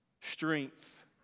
strength